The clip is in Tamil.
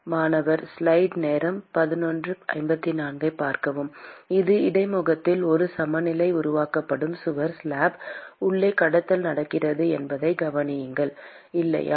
மாணவர் இது இடைமுகத்தில் ஒரு சமநிலை உருவாக்கப்படும் சுவர் ஸ்லாப் உள்ளே கடத்தல் நடக்கிறது என்பதைக் கவனியுங்கள் இல்லையா